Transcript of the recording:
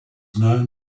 known